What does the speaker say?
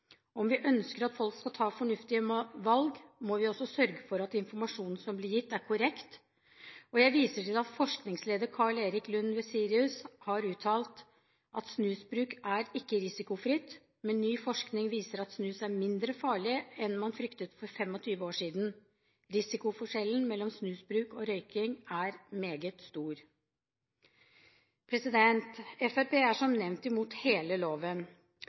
Om vi ønsker at folk skal ta fornuftige valg, må vi også sørge for at informasjonen som blir gitt, er korrekt. Jeg viser til at forskningsleder Karl Erik Lund ved SIRUS har uttalt: «Snusbruk er ikke risikofritt, men ny forskning viser at snus er mindre farlig enn hva man fryktet for 25 år siden. Risikoforskjellen mellom snusbruk og røyking er meget stor.» Fremskrittspartiet er som nevnt imot hele loven,